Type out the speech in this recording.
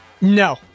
No